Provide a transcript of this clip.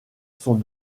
sont